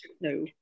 No